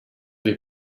des